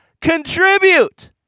contribute